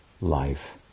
life